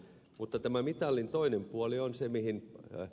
mutta tämä mitalin toinen puoli on se mihin ed